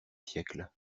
siècle